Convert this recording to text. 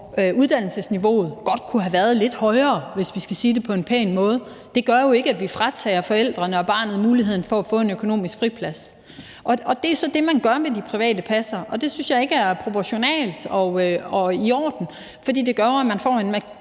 uddannelsesniveauet godt kunne have været lidt højere, hvis vi skal sige det på en pæn måde. Det gør jo ikke, at vi fratager forældrene og barnet muligheden for at få en økonomisk friplads. Det er så det, man gør med de private passere, og det synes jeg ikke er proportionalt og i orden, for det gør jo, at man får en